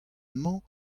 mañ